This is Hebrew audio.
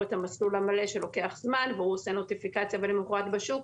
את המסלול המלא שלוקח זמן והוא עושה נוטיפיקציה ולמוחרת הוא בשוק,